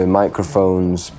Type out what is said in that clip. microphones